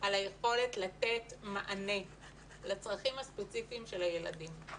על היכולת לתת מענה לצרכים הספציפיים של הילדים.